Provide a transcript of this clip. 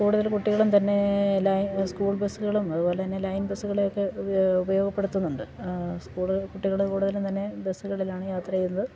കൂടുതൽ കുട്ടികളും തന്നേ ലൈൻ സ്കൂൾ ബസ്സുകളും അതു പോലെ തന്നെ ലൈൻ ബസ്സുകളെയൊക്കെ ഉപയോ ഉപയോഗപ്പെടുത്തുന്നുണ്ട് സ്കൂൾ കുട്ടികൾ കൂടുതലും തന്നെ ബസ്സുകളിലാണ് യാത്ര ചെയ്യുന്നത്